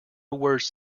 words